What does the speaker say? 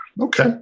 Okay